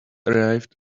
arrived